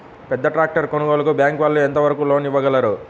పెద్ద ట్రాక్టర్ కొనుగోలుకి బ్యాంకు వాళ్ళు ఎంత వరకు లోన్ ఇవ్వగలరు?